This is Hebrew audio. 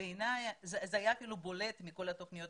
בעיניי זה היה אפילו בולט מכל התוכניות